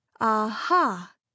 aha